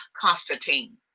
Constantine